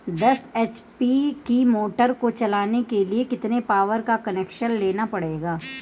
दस एच.पी की मोटर को चलाने के लिए हमें कितने पावर का कनेक्शन लेना पड़ेगा?